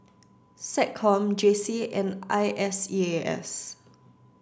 SecCom J C and I S E A S